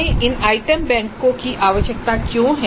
हमें इन आइटम बैंकों की आवश्यकता क्यों है